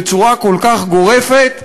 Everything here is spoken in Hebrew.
בצורה כל כך גורפת ומוחלטת,